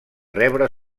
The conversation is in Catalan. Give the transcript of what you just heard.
rebre